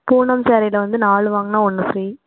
பூனம் சாரீல வந்து நாலு வாங்கினா ஒன்று ஃப்ரீ